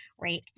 right